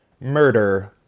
murder